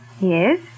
Yes